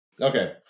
okay